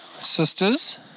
sisters